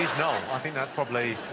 is noel. i think that's probably.